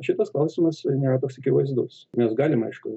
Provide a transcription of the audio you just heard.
šitas klausimas ir nėra toks akivaizdus mes galim aišku